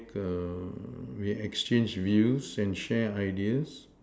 we exchange views and share ideas